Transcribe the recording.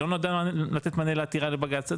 היא לא נועדה לתת מענה לעתירה לבג"צ?